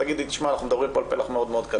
ואת תגידי שאנחנו מדברים על פלח מאוד מאוד קטן.